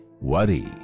worry